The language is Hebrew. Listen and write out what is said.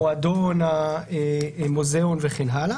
המועדון, המוזיאון וכן הלאה.